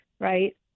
right